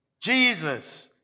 Jesus